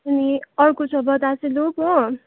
अनि अर्को छ बतासे लुप हो